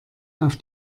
auf